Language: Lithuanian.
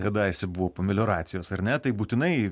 kadaise buvo po melioracijos ar ne tai būtinai